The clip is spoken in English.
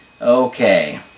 Okay